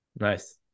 Nice